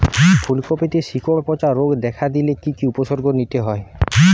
ফুলকপিতে শিকড় পচা রোগ দেখা দিলে কি কি উপসর্গ নিতে হয়?